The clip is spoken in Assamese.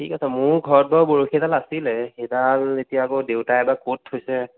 ঠিক আছে মোৰ ঘৰত বাৰু বৰশী এডাল আছিলে সেইডাল এতিয়া বাৰু দেউতাই বা ক'ত থৈছে